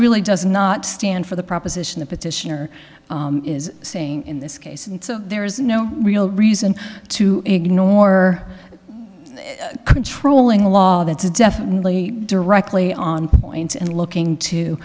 really does not stand for the proposition the petitioner is saying in this case and so there is no real reason to ignore controlling law that's definitely directly on point and looking to